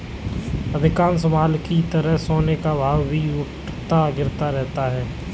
अधिकांश माल की तरह सोने का भाव भी उठता गिरता रहता है